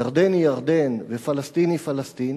ירדן היא ירדן ופלסטין היא פלסטין,